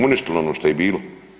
Uništilo ono što je bilo.